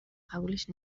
قبولش